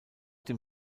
dem